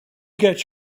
gets